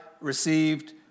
received